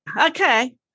okay